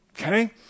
Okay